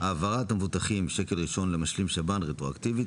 העברת המבוטחים שקל ראשון למשלים שב"ן רטרואקטיבית.